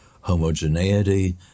Homogeneity